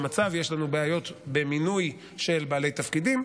המצב יש לנו בעיות במינוי של בעלי תפקידים,